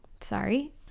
sorry